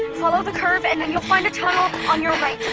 follow the curve and then you'll find a tunnel on your right.